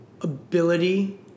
ability